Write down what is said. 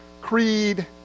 creed